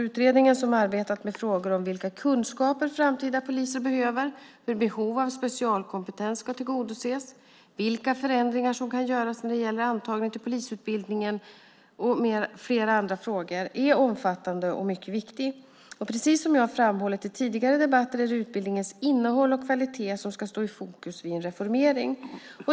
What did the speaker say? Utredningen som arbetat med frågor om vilka kunskaper framtida poliser behöver, hur behov av specialkompetens ska tillgodoses, vilka förändringar som kan göras när det gäller antagningen till polisutbildningen och flera andra frågor, är omfattande och mycket viktig. Precis som jag har framhållit i tidigare debatter är det utbildningens innehåll och kvalitet som ska stå i fokus vid en reformering.